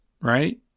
right